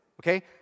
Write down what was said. okay